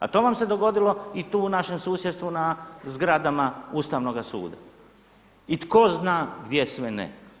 A to vam se dogodilo i tu u našem susjedstvu na zgradama Ustavnoga suda i tko zna gdje sve ne.